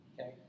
okay